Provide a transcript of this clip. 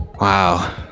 Wow